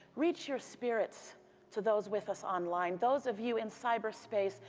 reach your spirits to those with us online. those of you in cyber space,